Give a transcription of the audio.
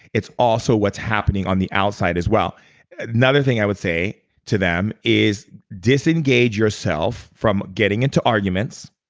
it's also what's happening on the outside as well another thing i would say to them is disengage yourself from getting into arguments,